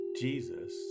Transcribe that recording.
Jesus